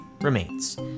remains